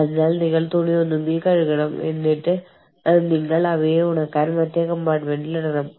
അതിനാൽ ഈ സങ്കീർണ്ണതയെക്കുറിച്ച് ചിന്തിക്കുമ്പോൾ ഇതെല്ലാം നിയന്ത്രിക്കുന്നത് കമ്പ്യൂട്ടർ പ്രോഗ്രാമുകളാണ്